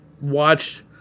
watched